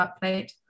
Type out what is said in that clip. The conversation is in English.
plate